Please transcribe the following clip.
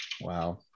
Wow